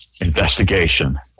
investigation